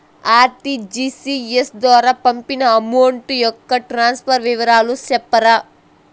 RTGS ద్వారా పంపిన amount యొక్క ట్రాన్స్ఫర్ వివరాలు సెప్తారా